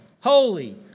holy